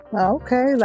Okay